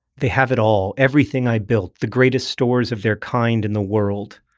they have it all, everything i built, the greatest stores of their kind in the world,